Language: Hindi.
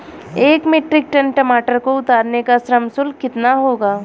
एक मीट्रिक टन टमाटर को उतारने का श्रम शुल्क कितना होगा?